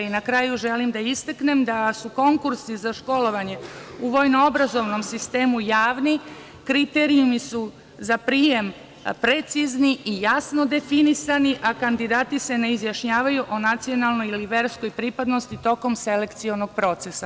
Na kraju, želim da istaknem da su konkursi za školovanje u vojno-obrazovnom sistemu javni, kriterijumi su za prijem precizni i jasno definisani, a kandidati se ne izjašnjavaju o nacionalnoj ili verskoj pripadnosti tokom selekcionog procesa.